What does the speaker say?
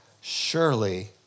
Surely